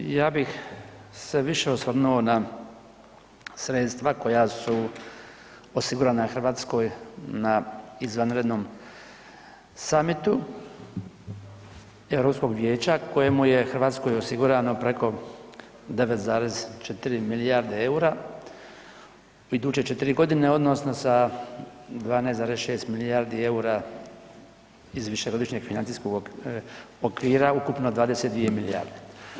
Ja bih se više osvrnuo na sredstva koja su osigurana RH na izvanrednom samitu Europskog vijeća kojemu je RH osigurano preko 9,4 milijarde EUR-a u iduće 4.g. odnosno sa 12,6 milijardi EUR-a iz višegodišnjeg financijskog okvira ukupno 22 milijarde.